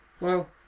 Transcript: Well